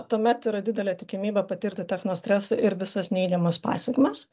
tuomet yra didelė tikimybė patirti techno stresą ir visas neigiamas pasekmes